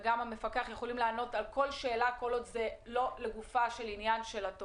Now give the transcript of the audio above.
וגם המפקח יכולים לענות על כל שאלה כל עוד זה לא לגופה של התובענה.